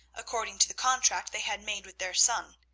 according to the contract they had made with their son,